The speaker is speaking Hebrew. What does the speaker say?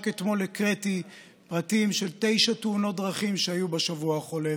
רק אתמול הקראתי פרטים של תשע תאונות דרכים שהיו בשבוע החולף,